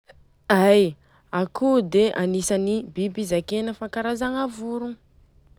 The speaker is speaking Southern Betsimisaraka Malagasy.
Ai, akoho dia agnisany biby zakena fa karazagna vorogna.